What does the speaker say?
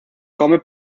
come